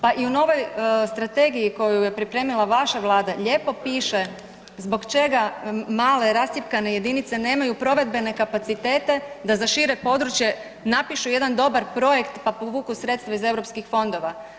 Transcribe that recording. Pa i u novoj strategiji koju je pripremila vaša Vlada lijepo piše zbog čega male rascjepkane jedinice nemaju provedbene kapacitete da za šire područje napišu jedan dobar projekt pa povuku sredstva iz europskih fondova.